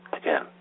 again